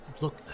look